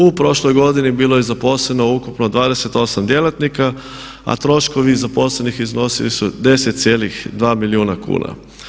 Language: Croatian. U prošloj godini bili je zaposleno ukupno 28 djelatnika, a troškovi zaposlenih iznosili su 10,2 milijuna kuna.